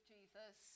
Jesus